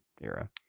era